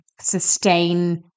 sustain